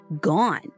gone